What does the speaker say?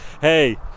hey